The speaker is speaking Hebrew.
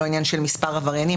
זה לא עניין של מספר עבריינים.